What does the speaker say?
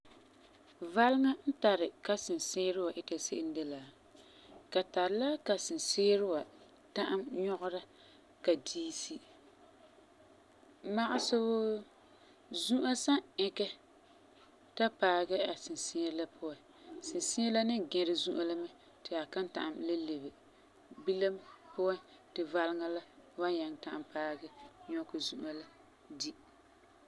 Valeŋa n tari ka sinsiirɔ ita se'em de la, ka tari la ka sinsiirɔ ta'am nyɔgera ka diisi. Magesɛ wuu zu'a san ɛkɛ ta paagɛ a sinsiirɔ la puan, sinsiirɔ la ni gɛrɛ zu'a la mɛ ti a kan ta'am le yese. Bilam puan ti valeŋa la wan nyaŋɛ ta'am paaŋɛ nyɔkɛ zu'a la di.